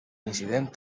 incident